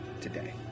today